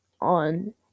on